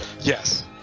yes